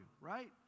right